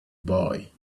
boy